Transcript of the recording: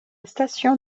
station